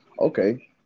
Okay